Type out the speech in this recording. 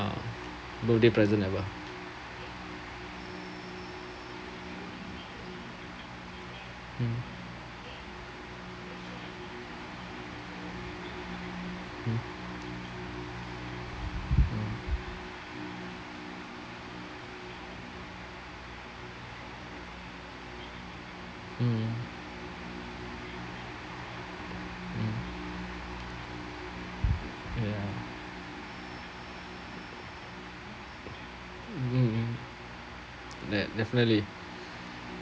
uh birthday present ever mm mm mm mm mm ya mm mm that definitely